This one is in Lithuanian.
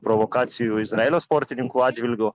provokacijų izraelio sportininkų atžvilgiu